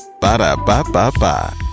Ba-da-ba-ba-ba